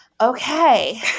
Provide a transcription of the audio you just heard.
okay